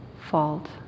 fault